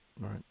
Right